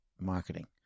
marketing